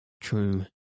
true